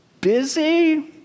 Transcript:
busy